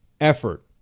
effort